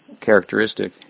characteristic